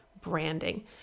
branding